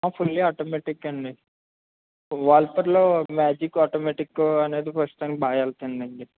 ఆ fully automatic అండి వాల్ పూలులో మ్యాజిక్ ఆటోమేటిక్ అనేది ప్రస్తుతానికి బాగా వెళ్తుంది